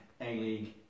A-League